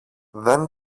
δεν